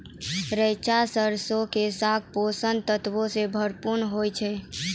रैचा सरसो के साग पोषक तत्वो से भरपूर होय छै